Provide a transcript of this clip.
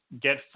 get